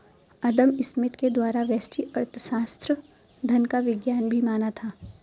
अदम Smith के द्वारा व्यष्टि अर्थशास्त्र धन का विज्ञान भी माना था